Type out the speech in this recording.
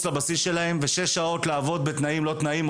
לבסיס שלהם ושש שעות לעבוד בתנאים לא תנאים,